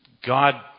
God